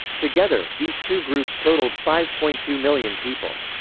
together, these two groups totaled five point two million people.